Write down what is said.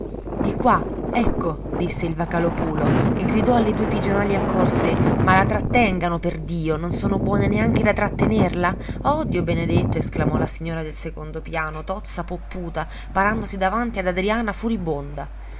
di qua ecco disse il vocalòpulo e gridò alle due pigionali accorse ma la trattengano perdio non son buone neanche da trattenerla oh dio benedetto esclamò la signora del secondo piano tozza popputa parandosi davanti ad adriana furibonda